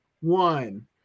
one